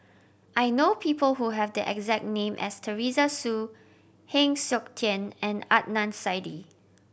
I know people who have the exact name as Teresa Hsu Heng Siok Tian and Adnan Saidi